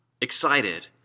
excited